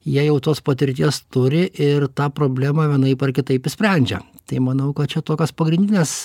jie jau tos patirties turi ir tą problemą vienaip ar kitaip išsprendžia tai manau kad čia tokias pagrindines